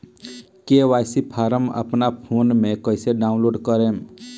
KYC form अपना phone मे कइसे डाऊनलोड करेम?